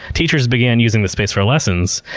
teachers began using the space for lessons,